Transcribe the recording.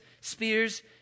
spears